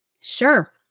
Sure